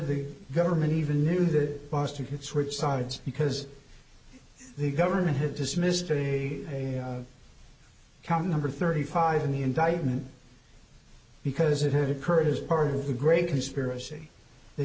the government even knew that bus tickets which sides because the government had dismissed a come number thirty five in the indictment because it had occurred as part of the great conspiracy they